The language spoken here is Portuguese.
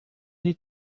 lhe